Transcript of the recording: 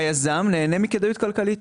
היזם נהנה מהכדאיות הכלכלית.